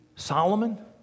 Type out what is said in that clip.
Solomon